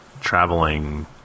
traveling